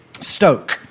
Stoke